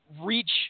reach